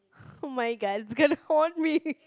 oh-my-god it's gonna haunt me